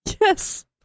Yes